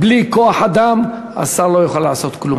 בלי כוח אדם, השר לא יוכל לעשות כלום.